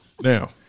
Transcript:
now